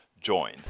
join